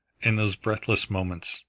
in those breathless moments,